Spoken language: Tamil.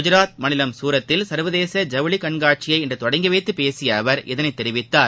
குஜராத் மாநிலம் சூரத்தில் சா்வதேச ஜவுளி கண்காட்சியை இன்று தொடங்கி வைத்து பேசிய அவா் இதனை தெரிவித்தார்